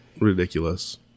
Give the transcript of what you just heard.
ridiculous